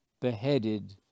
beheaded